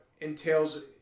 entails